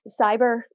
cyber